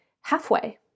halfway